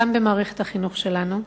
גם במערכת החינוך שלנו,